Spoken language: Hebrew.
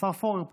השר פורר פה.